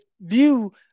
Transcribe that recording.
view